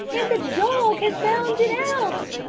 and the dog has found it out.